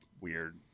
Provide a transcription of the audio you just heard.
weird